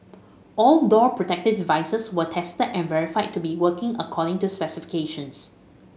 all door protective devices were tested and verified to be working according to specifications